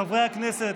חברי הכנסת,